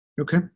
okay